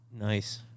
nice